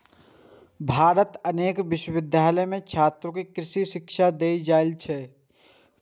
भारतक अनेक विश्वविद्यालय मे छात्र कें कृषि शिक्षा देल जाइ छै